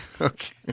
Okay